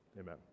amen